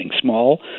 small